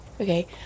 Okay